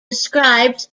describes